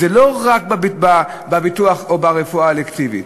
זה לא רק בביטוח או ברפואה האלקטיבית.